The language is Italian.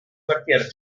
quartier